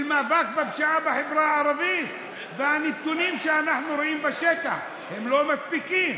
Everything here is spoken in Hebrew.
של מאבק בפשיעה בחברה הערבית והנתונים שאנחנו רואים בשטח הם לא מספיקים,